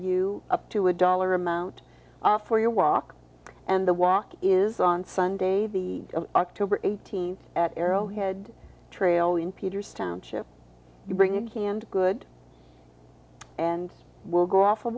you up to a dollar amount for your walk and the walk is on sunday the october eighteenth at arrowhead trail in peters township you bring a canned good and will go off and